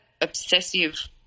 obsessive